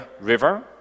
River